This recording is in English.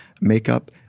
makeup